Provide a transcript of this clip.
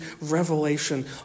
revelation